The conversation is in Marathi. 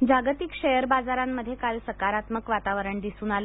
बाजार जागतिक शेअर बाजारांमध्ये काल सकारात्मक वातावरण दिसून आलं